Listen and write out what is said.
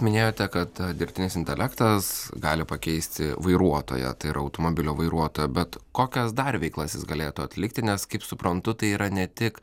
minėjote kad dirbtinis intelektas gali pakeisti vairuotoją ir automobilio vairuotoją bet kokias dar veiklas jis galėtų atlikti nes kaip suprantu tai yra ne tik